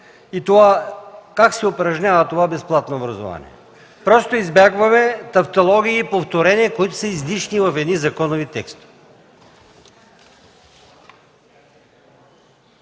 и това как се упражнява това безплатно образование. Просто избягваме тавтология, повторения, които са излишни в едни законови текстове.